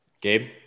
Gabe